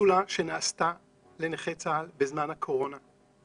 קפסולה שנעשתה לנכי צה"ל בזמן הקורונה,